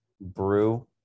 Brew